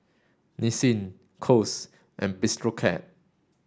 Nissin Kose and Bistro Cat